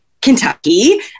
Kentucky